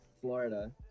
Florida